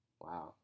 Wow